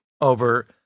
over